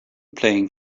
playing